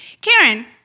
Karen